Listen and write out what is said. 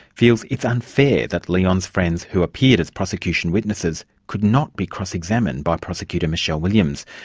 feels it's unfair that leon's friends who appeared as prosecution witnesses, could not be cross-examined by prosecutor michele williams,